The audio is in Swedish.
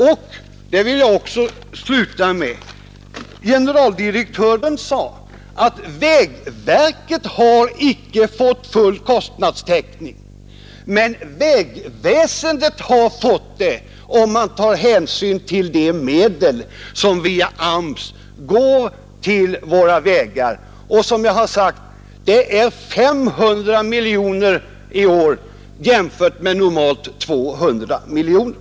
Och — det vill jag sluta med — generaldirektören sade att vägverket icke fått full kostnadstäckning, men vägväsendet har fått det, om man tar hänsyn till de medel som via AMS går till våra vägar. Som jag har sagt är det 500 miljoner i år mot normalt 200 miljoner.